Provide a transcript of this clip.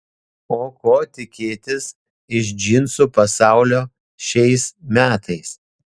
o ko tikėtis iš džinsų pasaulio šiais metais